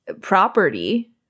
property